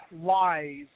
lies